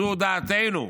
זו דעתנו.